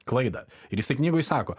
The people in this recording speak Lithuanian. klaidą ir jisai knygoj sako